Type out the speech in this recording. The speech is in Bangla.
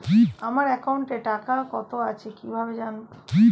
আমার একাউন্টে টাকা কত আছে কি ভাবে জানবো?